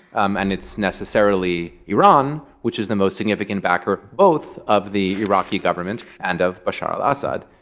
um and it's necessarily iran, which is the most significant backer both of the iraqi government and of bashar al-assad.